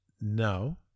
No